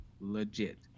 legit